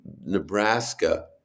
Nebraska